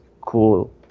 cool